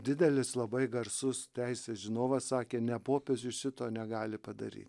didelis labai garsus teisės žinovas sakė ne popiežius šito negali padaryti